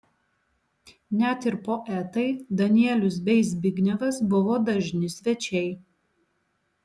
net ir poetai danielius bei zbignevas buvo dažni svečiai